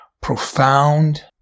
profound